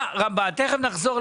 משרד